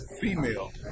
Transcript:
female